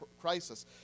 crisis